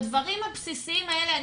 בדברים הבסיסיים האלה,